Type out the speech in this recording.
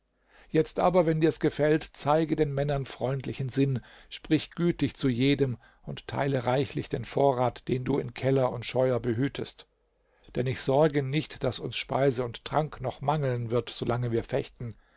jetzt aber wenn dir's gefällt zeige den männern freundlichen sinn sprich gütig zu jedem und teile reichlich den vorrat den du in keller und scheuer behütest denn ich sorge nicht daß uns speise und trank noch mangeln wird solange wir fechten